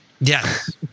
Yes